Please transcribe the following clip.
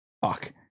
Fuck